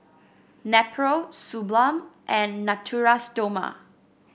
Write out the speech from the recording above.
Nepro Suu Balm and Natura Stoma